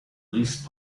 least